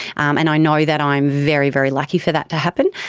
um and i know that i'm very, very lucky for that to happen.